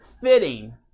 fitting